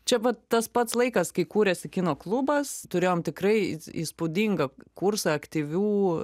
čia vat tas pats laikas kai kūrėsi kino klubas turėjom tikrai įspūdingą kursą aktyvių